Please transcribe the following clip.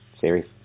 series